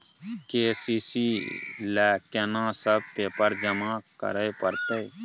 KCC ल केना सब पेपर जमा करै परतै?